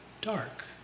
dark